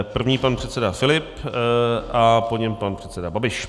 První pan předseda Filip, po něm pan předseda Babiš.